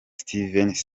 stevens